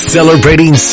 Celebrating